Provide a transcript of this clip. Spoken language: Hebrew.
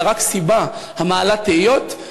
אלא רק סיבה המעלה תהיות,